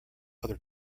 other